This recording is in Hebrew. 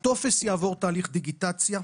הטופס יעבור תהליך דיגיטציה,